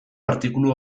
artikulu